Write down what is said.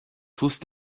tous